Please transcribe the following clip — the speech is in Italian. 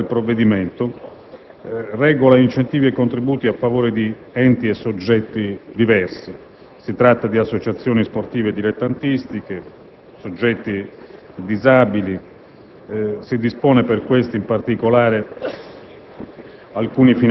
La terza parte del provvedimento, infine, regola incentivi e contributi a favore di enti e soggetti diversi: si tratta di associazioni sportive dilettantistiche e di soggetti disabili per i quali, in particolare,